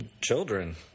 children